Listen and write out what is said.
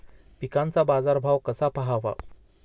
पिकांचा बाजार भाव कसा पहावा?